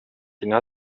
اینا